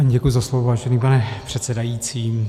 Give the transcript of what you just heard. Děkuji za slovo, vážený pane předsedající.